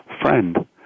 friend